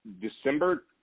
December